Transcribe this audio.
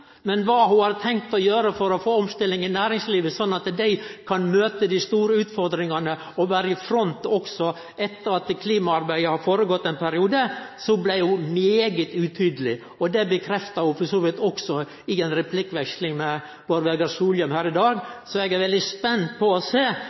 men kva ho har tenkt å gjere for å få omstilling i næringslivet, sånn at dei kan møte dei store utfordringane og vere i front også etter at klimaarbeidet har føregått ein periode, var ho veldig utydeleg på. Det bekrefta ho for så vidt også i ei replikkveksling med Bård Vegar Solhjell her i dag.